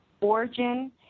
origin